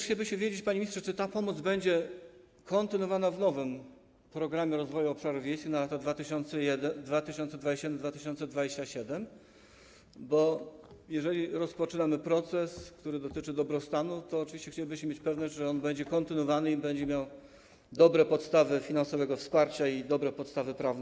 Chcielibyśmy też wiedzieć, panie ministrze, czy ta pomoc będzie kontynuowana w nowym „Programie rozwoju obszarów wiejskich na lata 2020-2027”, bo jeżeli rozpoczynamy proces, który dotyczy dobrostanu, to oczywiście chcielibyśmy mieć pewność, że on będzie kontynuowany i będzie miał dobre podstawy finansowego wsparcia, a także dobre podstawy prawne.